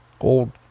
old